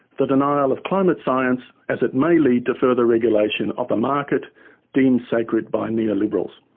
the denying of climate science as it may lead to further regulation of the market deemed sacred by neoliberals.